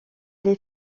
les